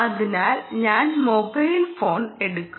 അതിനാൽ ഞാൻ mobile phone എടുക്കും